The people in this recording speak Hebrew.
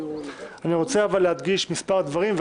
אבל אני רוצה להדגיש כמה דברים,